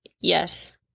Yes